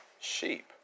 sheep